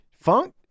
Funk